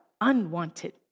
unwanted